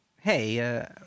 Hey